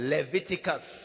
Leviticus